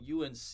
UNC